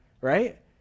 Right